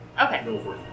Okay